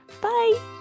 Bye